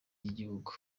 ry’igihugu